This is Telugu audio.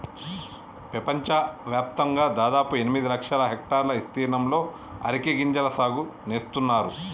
పెపంచవ్యాప్తంగా దాదాపు ఎనిమిది లక్షల హెక్టర్ల ఇస్తీర్ణంలో అరికె గింజల సాగు నేస్తున్నారు